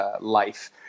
life